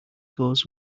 goes